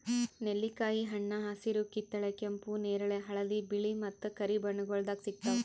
ನೆಲ್ಲಿಕಾಯಿ ಹಣ್ಣ ಹಸಿರು, ಕಿತ್ತಳೆ, ಕೆಂಪು, ನೇರಳೆ, ಹಳದಿ, ಬಿಳೆ ಮತ್ತ ಕರಿ ಬಣ್ಣಗೊಳ್ದಾಗ್ ಸಿಗ್ತಾವ್